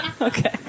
Okay